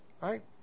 right